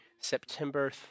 September